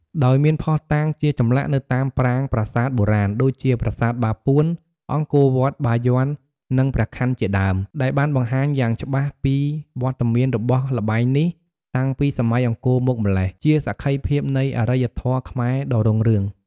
ដោយមានភស្តុតាង ជាចម្លាក់នៅតាមប្រាង្គប្រាសាទបុរាណ ដូចជាប្រាសាទបាពួន អង្គរវត្ត បាយ័ន និងព្រះខ័នជាដើម ដែលបានបង្ហាញយ៉ាងច្បាស់ពីវត្តមានរបស់ល្បែងនេះតាំងពីសម័យអង្គរមកម៉្លេះ ជាសក្ខីភាពនៃអរិយធម៌ខ្មែរដ៏រុងរឿង។